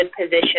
position